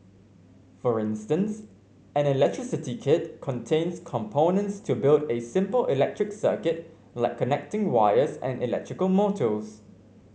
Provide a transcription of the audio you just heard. for instance an electricity kit contains components to build a simple electric circuit like connecting wires and electrical motors